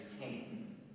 came